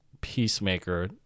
peacemaker